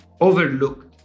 overlooked